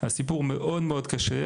הסיפור מאוד-מאוד קשה,